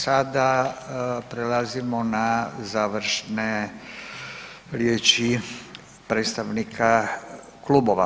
Sada prelazimo na završen riječi predstavnika klubova.